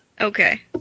Okay